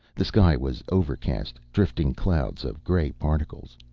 the sky was overcast, drifting clouds of gray particles.